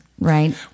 right